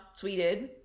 tweeted